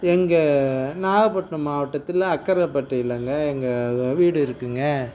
எங்கள் நாகப்பட்டினம் மாவட்டத்தில் அக்கரைப்பட்டியிலங்க எங்கள் வீடு இருக்குதுங்க